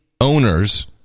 owners